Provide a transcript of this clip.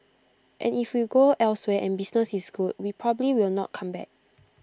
and if we go elsewhere and business is good we probably will not come back